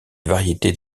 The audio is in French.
variétés